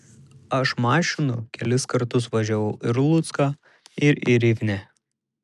aš mašinų kelis kartus važiavau ir lucką ir į rivnę